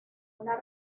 una